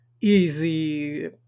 easy